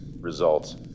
Results